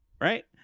right